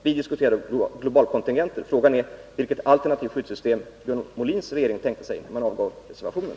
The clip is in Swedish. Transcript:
Vi diskuterar då globalkontingenter. Frågan är vilket alternativt skyddssystem Björn Molins regering tänkte sig när man avgav reservationen.